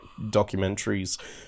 documentaries